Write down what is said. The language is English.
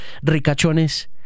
ricachones